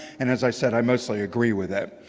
and, as i said, i mostly agree with it.